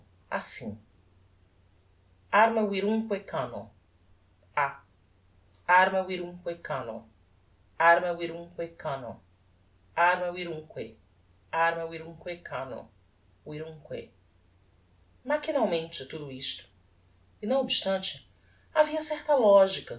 cano arma virumque arma virumque cano virumque machinalmente tudo isto e não obstante havia certa lógica